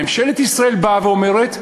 ממשלת ישראל באה ואומרת: